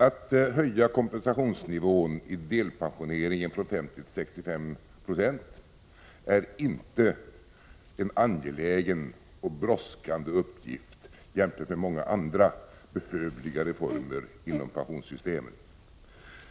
Att höja kompensationsnivån i delpensioneringen från 50 till 65 96 är inte en angelägen och brådskande uppgift jämfört med många andra behövliga reformer inom pensionssystemen.